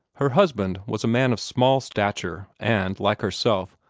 her husband was a man of small stature and, like herself,